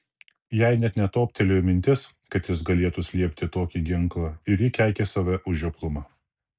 jai net netoptelėjo mintis kad jis galėtų slėpti tokį ginklą ir ji keikė save už žioplumą